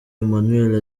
emmanuel